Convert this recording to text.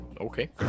Okay